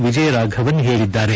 ಎಜಯ ರಾಘವನ್ ಹೇಳಿದ್ದಾರೆ